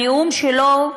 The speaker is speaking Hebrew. הנאום שלו,